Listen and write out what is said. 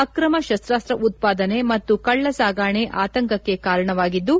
ಅಕ್ರಮ ಶಸ್ತಾಸ್ತ ಉತ್ಪಾದನೆ ಮತ್ತು ಕಳ್ಳಸಾಗಣೆ ಆತಂಕಕ್ಕೆ ಕಾರಣವಾಗಿದ್ದು